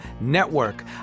Network